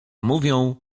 mówią